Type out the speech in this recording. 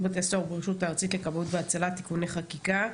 בשירות בתי הסוהר וברשות הארצית לכבאות והצלה (תיקוני חקיקה),